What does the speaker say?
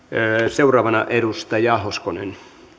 seuraavana edustaja hoskonen